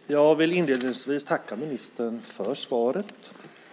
Herr talman! Jag vill inledningsvis tacka ministern för svaret